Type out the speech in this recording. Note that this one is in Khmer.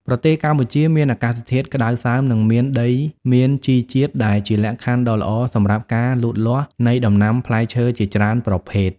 ប្រទេសកម្ពុជាមានអាកាសធាតុក្តៅសើម និងមានដីមានជីជាតិ ដែលជាលក្ខខណ្ឌដ៏ល្អសម្រាប់ការលូតលាស់នៃដំណាំផ្លែឈើជាច្រើនប្រភេទ។